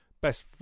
best